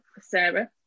Sarah